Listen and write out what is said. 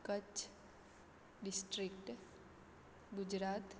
Kach district Gujarat